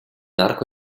arco